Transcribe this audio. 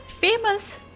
famous